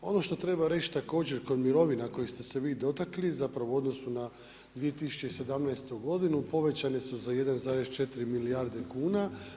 Ono što treba reći također kod mirovina kojih ste se vi dotakli, zapravo u odnosu na 2017. godinu povećane su za 1,4 milijarde kuna.